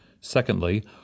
secondly